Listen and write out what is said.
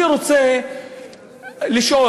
אני רוצה לשאול: